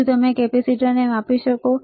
શું તમે કેપેસિટરને માપી શકો છો